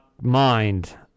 mind